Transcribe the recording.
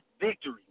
victory